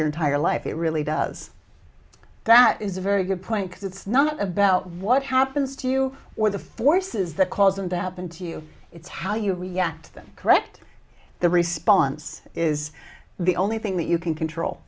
your entire life it really does that is a very good point because it's not about what happens to you or the forces that cause them to have been to you it's how you react to them correct the response is the only thing that you can control